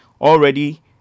Already